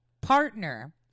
partner